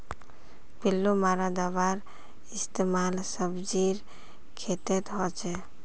पिल्लू मारा दाबार इस्तेमाल सब्जीर खेतत हछेक